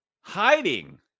hiding